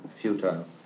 futile